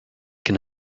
can